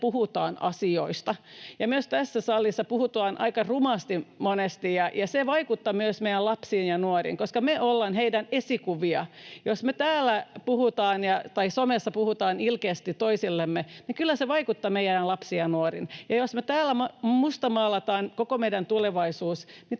puhutaan asioista. Myös tässä salissa puhutaan aika rumasti monesti, ja se vaikuttaa myös meidän lapsiin ja nuoriin, koska me ollaan heidän esikuvia. Jos me täällä puhutaan tai somessa puhutaan ilkeästi toisillemme, niin kyllä se vaikuttaa meidän lapsiin ja nuorin, ja jos me täällä mustamaalataan koko meidän tulevaisuus, niin